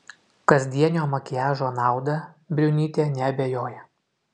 kasdienio makiažo nauda briunytė neabejoja